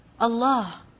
Allah